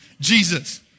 Jesus